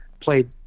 played